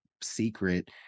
secret